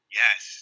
yes